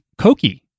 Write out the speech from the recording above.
Cokie